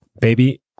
baby